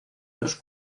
los